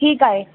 ठीकु आहे